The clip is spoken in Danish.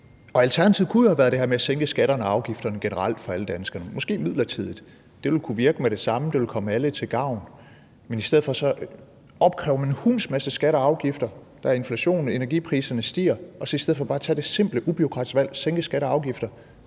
Alternativet kunne jo have været det her med at sænke skatterne og afgifterne generelt for alle danskere, måske midlertidigt. Det ville kunne virke med det samme, og det ville komme alle til gavn, men i stedet opkræver man en hulens masse skatter og afgifter. Der er inflation, og energipriserne stiger, og i stedet for bare at tage det simple ubureaukratiske valg at sænke skatter og afgifter